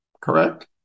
correct